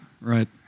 right